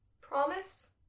Promise